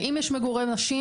ואם יש מגורי נשים,